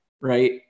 right